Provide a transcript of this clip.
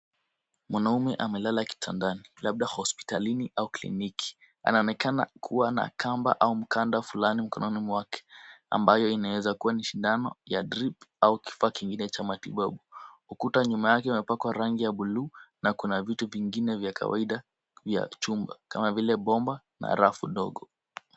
Mwanaume amelala kitandani labda hospitalini au kliniki. Anaonekana kuwa na kamba au mkanda fulani mkononi mwake ambayo inaezakua ni sindano ya drip au kifaa kingine cha matibabu. Ukuta nyuma yake umepakwa rangi ya bluu na kuna vitu vingine vya kawaida vya chumba kama vile bomba na rafu ndogo.